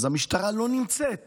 המשטרה לא נמצאת